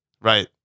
Right